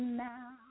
now